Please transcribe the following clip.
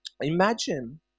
imagine